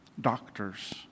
doctors